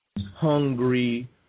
hungry